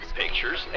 pictures